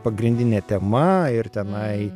pagrindinė tema ir tenai